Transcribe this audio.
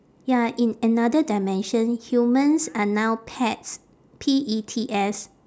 ya in another dimension humans are now pets P E T S